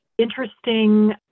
interesting